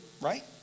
right